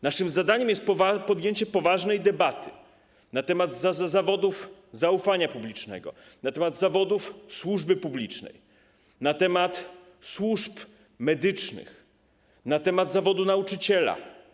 Naszym zadaniem jest podjęcie poważnej debaty na temat zawodów zaufania publicznego, na temat zawodów służby publicznej, na temat służb medycznych, na temat zawodu nauczyciela.